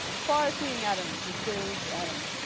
um the far-seeing adams, the sage adams.